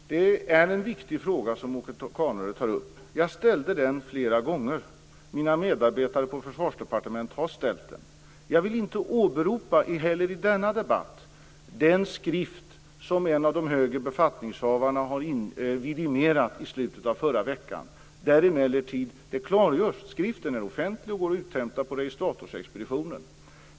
Herr talman! Det är en viktig fråga som Åke Carnerö tar upp. Jag ställde den flera gånger. Mina medarbetare på Försvarsdepartementet har ställt den. Jag vill ej heller i denna debatt åberopa den skrift som en av de högre befattningshavarna vidimerade i slutet av förra veckan. Skriften är offentlig och går att uthämta på registratorsexpeditionen.